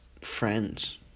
friends